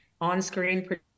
on-screen